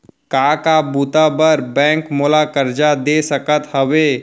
का का बुता बर बैंक मोला करजा दे सकत हवे?